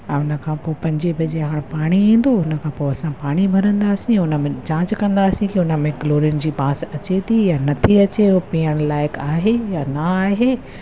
ऐं हुन खां पोइ पंजे बजे खां पोइ पाणी ईंदो ऐं हुन खां पोइ असां पाणी भरंदासीं हुन में जांच कंदासीं कि हुन में क्लोरिन जी बांस अचे थी या नथी अचे इहो पीअण लाइक़ आहे या न आहे